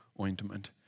ointment